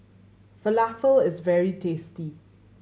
falafel is very tasty